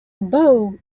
bow